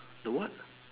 the what